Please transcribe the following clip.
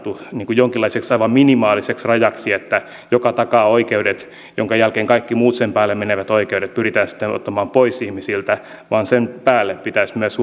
tarkoitettu jonkinlaiseksi aivan minimaaliseksi rajaksi joka takaa oikeudet minkä jälkeen kaikki muut sen päälle menevät oikeudet pyritään sitten ottamaan pois ihmisiltä vaan sen päälle pitäisi myös